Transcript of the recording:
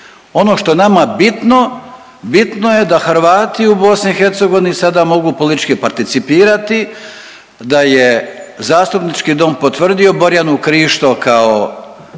Ono što je nama bitno bitno je da Hrvati u BiH sada mogu politički participirati da je Zastupnički dom potvrdio Borjanu Krišto kao